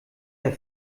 der